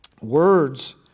Words